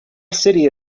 city